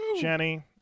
Jenny